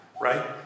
right